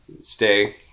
stay